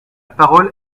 parole